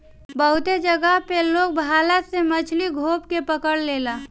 बहुते जगह पे लोग भाला से मछरी गोभ के पकड़ लेला